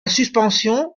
suspension